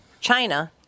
China